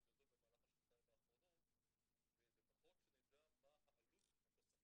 גדול במהלך השנתיים האחרונות ולפחות שנדע מה תוספת